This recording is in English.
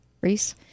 Reese